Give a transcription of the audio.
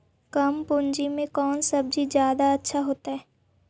कम पूंजी में कौन सब्ज़ी जादा अच्छा होतई?